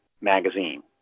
magazine